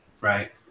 right